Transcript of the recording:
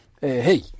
hey